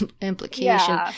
implication